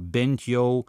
bent jau